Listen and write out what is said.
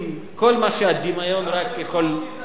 כל מה שהדמיון רק יכול להעלות.